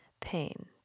pain